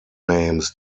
names